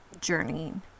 journeying